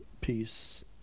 peace